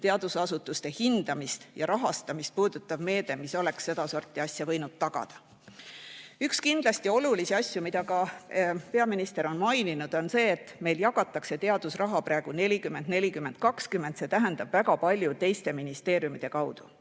teadusasutuste hindamist ja rahastamist puudutav meede, mis oleks sedasorti asja võinud tagada. Üks kindlasti oluline asi, mida ka peaminister on maininud, on see, et meil jagatakse teadusraha praegu suhtes 40 : 40 : 20 – see tähendab, väga palju teiste ministeeriumide kaudu.